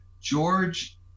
George